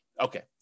Okay